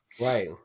Right